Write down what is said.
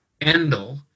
Endel